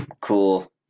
cool